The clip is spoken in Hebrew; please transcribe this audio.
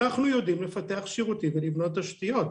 אנחנו יודעים לפתח שירותים ולבנות תשתיות.